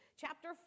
chapter